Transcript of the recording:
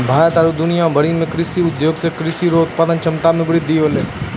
भारत आरु दुनिया भरि मे कृषि उद्योग से कृषि रो उत्पादन क्षमता मे वृद्धि होलै